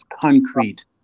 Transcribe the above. concrete